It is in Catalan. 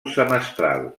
semestral